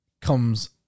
comes